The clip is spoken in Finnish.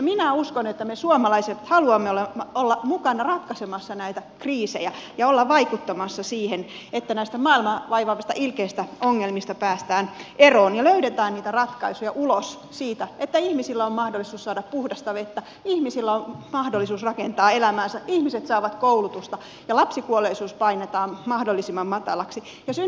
minä uskon että me suomalaiset haluamme olla mukana ratkaisemassa näitä kriisejä ja olla vaikuttamassa siihen että näistä maailmaa vaivaavista ilkeistä ongelmista päästään eroon ja löydetään niitä ratkaisuja ulos siitä niin että ihmisillä on mahdollisuus saada puhdasta vettä ihmisillä on mahdollisuus rakentaa elämäänsä ihmiset saavat koulutusta ja lapsikuolleisuus painetaan mahdollisimman matalaksi ja synnytetään sitä hyvinvointia